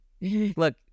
Look